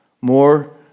more